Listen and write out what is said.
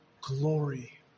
glory